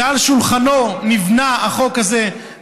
שעל שולחנו נבנה החוק הזה,